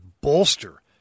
bolster